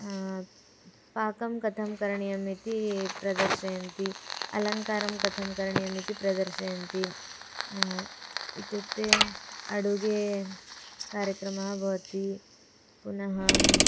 पाकं कथं करणीयमिति प्रदर्शयन्ति अलङ्कारं कथं करणीयम् इति प्रदर्शयन्ति इत्युक्ते अडुगे कार्यक्रमः भवति पुनहं